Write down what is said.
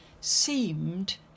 seemed